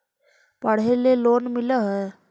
पढ़े ला लोन मिल है?